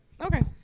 Okay